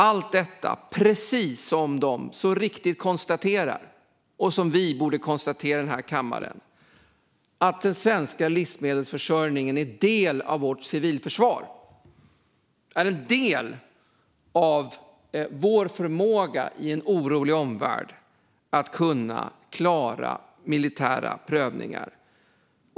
Allt detta trots, som de så riktigt konstaterar och som vi borde konstatera i den här kammaren, att den svenska livsmedelsförsörjningen är en del av vårt civilförsvar och en del av vår förmåga att i en situation med en orolig omvärld klara militära prövningar.